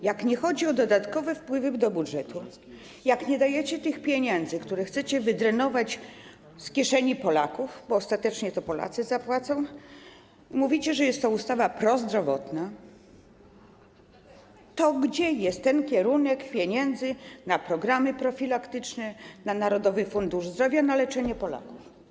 Jak nie chodzi o dodatkowe wpływy do budżetu, jak nie dajecie tych pieniędzy, które chcecie wydrenować z kieszeni Polaków, bo ostatecznie to Polacy zapłacą, mówicie, że jest to ustawa prozdrowotna, to gdzie jest ten kierunek pieniędzy na programy profilaktyczne, na Narodowy Fundusz Zdrowia, na leczenie Polaków?